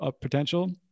potential